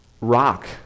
rock